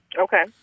Okay